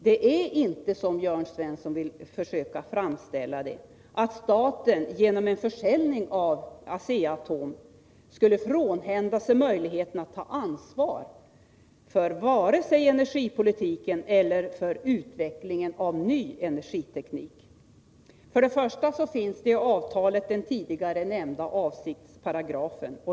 Det är inte så som Jörn Svensson vill försöka framställa det att staten genom en försäljning av Asea-Atom skulle frånhända sig möjligheterna att ta ansvar för energipolitiken eller för utvecklingen av ny energiteknik. För det första finns i avtalet den tidigare nämnda avsiktsparagrafen.